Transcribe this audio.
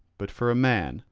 but for a man,